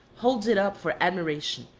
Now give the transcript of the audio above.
holds it up for admiration,